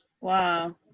Wow